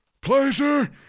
pleasure